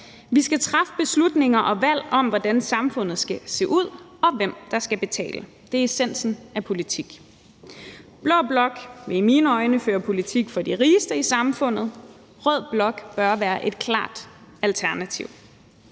vi skal træffe beslutninger og valg om, hvordan samfundet skal se ud, og hvem der skal betale. Det er essensen af politik. Blå blok vil i mine øjne føre politik for de rigeste i samfundet; rød blok bør være et klart alternativ.